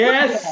Yes